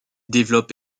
développe